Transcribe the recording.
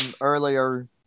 earlier